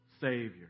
Savior